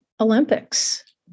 Olympics